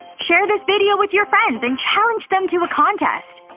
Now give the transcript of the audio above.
share this video with your friends and challenge them to a contest!